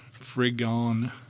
Frigon